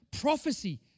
prophecy